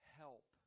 help